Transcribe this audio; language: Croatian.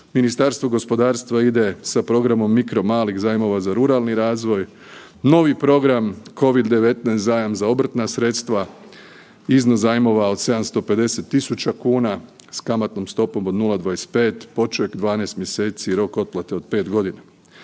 Ministarstvo gospodarstva ide sa programom mikro malih zajmova za ruralni razvoj, novi program COVID-19 zajam za obrtna sredstva, iznos zajmova od 750.000,00 kn s kamatnom stopom od 0,25 poček 12 mjeseci, rok otplate od 5.g.